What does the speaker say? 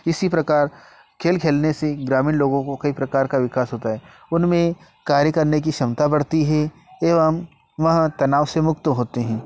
इसी प्रकार खेल खेलने से ग्रामीण लोगों को कई प्रकार का विकास होता है उनमें कार्य करने की क्षमता बढ़ती है एवं वे तनाव से मुक्त होते हैं